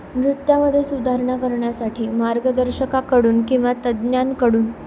नृत्यामध्ये सुधारणा करण्यासाठी मार्गदर्शकाकडून किंवा तज्ज्ञांकडून